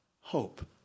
hope